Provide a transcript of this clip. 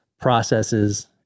processes